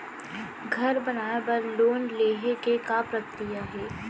घर बनाये बर लोन लेहे के का प्रक्रिया हे?